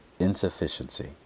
insufficiency